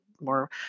more